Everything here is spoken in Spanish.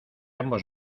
ambos